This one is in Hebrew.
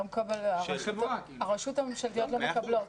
דובר: הרשויות הממשלתיות לא מקבלות.